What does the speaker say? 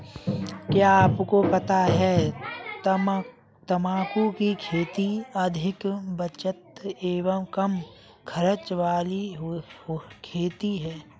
क्या आपको पता है तम्बाकू की खेती अधिक बचत एवं कम खर्च वाली खेती है?